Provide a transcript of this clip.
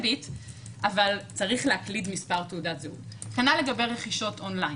אני יכול לדבר בשם הוועדה הזו רשות שלטונית